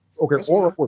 Okay